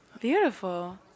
Beautiful